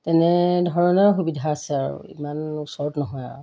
তেনেধৰণৰ সুবিধা আছে আৰু ইমান ওচৰত নহয় আৰু